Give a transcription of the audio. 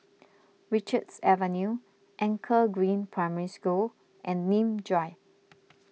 Richards Avenue Anchor Green Primary School and Nim Drive